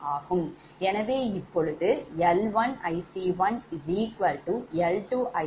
எனவே இப்பொழுது L1 IC1 L2 IC2 4